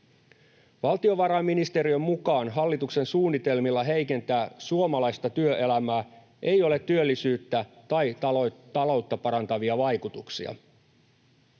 Valtiovarainministeriön mukaan hallituksen suunnitelmilla heikentää suomalaista työelämää ei ole työllisyyttä tai taloutta parantavia vaikutuksia.